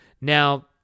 Now